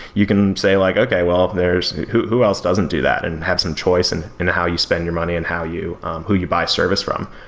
you can say like, okay, well if there is who who else doesn't do that and have some choice and in how you spend your money and how you who you buy service from?